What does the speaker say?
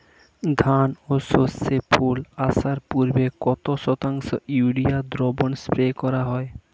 ধান ও সর্ষে ফুল আসার পূর্বে কত শতাংশ ইউরিয়া দ্রবণ স্প্রে করা হয়?